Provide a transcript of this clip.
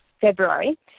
February